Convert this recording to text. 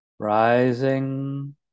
rising